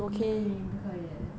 !ee! 不可以 eh